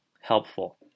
helpful